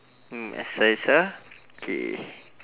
mm exercise ah K